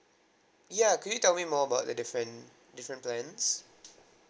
ya could you tell me more about the different different plans